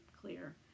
clear